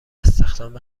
استخدام